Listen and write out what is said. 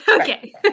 Okay